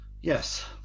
Yes